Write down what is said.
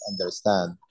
understand